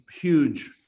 huge